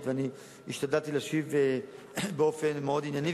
ואני השתדלתי להשיב באופן מאוד ענייני.